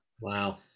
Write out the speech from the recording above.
Wow